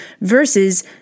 versus